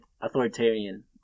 authoritarian